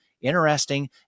interesting